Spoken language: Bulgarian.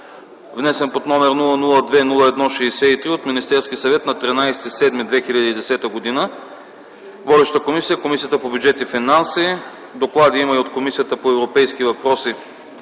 внесен под № 002-01-63 от Министерския съвет на 13.07.2010 г. Водеща е Комисията по бюджет и финанси. Доклади има от Комисията по европейските въпроси